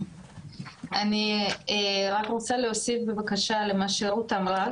אני רק רוצה להוסיף למה שרות אמרה.